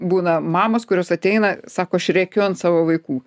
būna mamos kurios ateina sako aš rėkiu ant savo vaikų